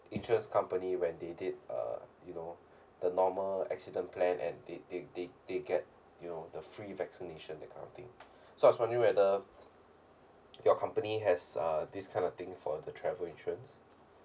insurance company when they did uh you know the normal accident plan and they they they they get you know the free vaccination that kind of thing so I was wondering whether your company has err this kind of thing for the travel insurance